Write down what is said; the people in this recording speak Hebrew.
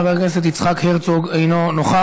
חבר הכנסת יצחק הרצוג, אינו נוכח.